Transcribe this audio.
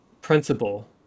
principle